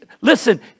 Listen